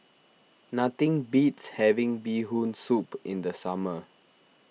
nothing beats having Bee Hoon Soup in the summer